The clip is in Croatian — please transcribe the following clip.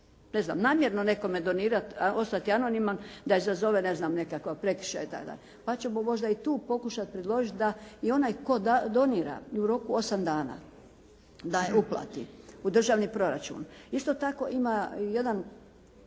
netko namjerno nekome donirati, a ostati anoniman da izazove ne znam nekakve prekršaje. Pa ćemo možda i tu pokušati predložiti da i onaj koji donira u roku od 8 dana da je uplati u državni proračun. Isto tako ima i jedan